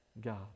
God